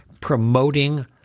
promoting